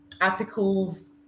articles